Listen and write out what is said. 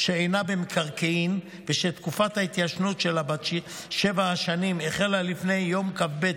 שאינה במקרקעין ושתקופת ההתיישנות שלה בת שבע השנים החלה לפני יום כ"ב